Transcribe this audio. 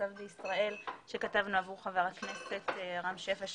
המצב בישראל שכתבנו עבור חבר הכנסת רם שפע,